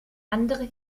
andere